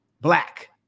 black